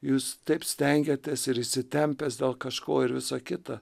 jūs taip stengiatės ir įsitempęs dėl kažko ir visa kita